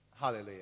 hallelujah